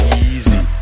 easy